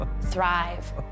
thrive